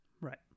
Right